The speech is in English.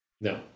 No